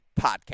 podcast